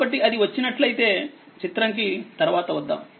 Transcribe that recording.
కాబట్టి అది వచ్చినట్లయితే చిత్రం కి తర్వాత వద్దాం